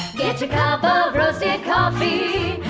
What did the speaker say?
get your cup of roasted coffee.